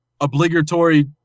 obligatory